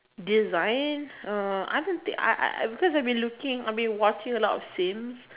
design uh I've been think I I I because I've been looking I've been watching a lot of sims